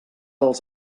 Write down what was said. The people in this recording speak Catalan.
als